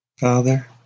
Father